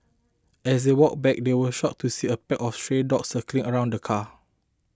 as they walked back they were shocked to see a pack of stray dogs circling around the car